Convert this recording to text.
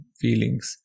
feelings